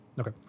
Okay